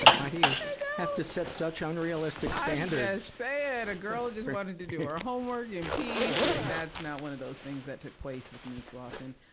why do you have to set such unrealistic standards? i'm just saying, a girl just wanted to do her homework in peace, and that's not one of those things that took place with me too often.